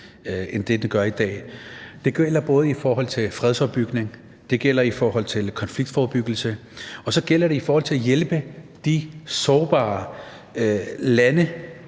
end det gør i dag. Det gælder både i forhold til fredsopbygning og konfliktforebyggelse, og så gælder det i forhold til at hjælpe de sårbare lande,